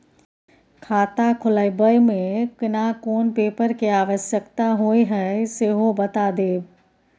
खाता खोलैबय में केना कोन पेपर के आवश्यकता होए हैं सेहो बता देब?